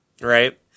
right